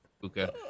Puka